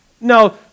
Now